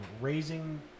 raising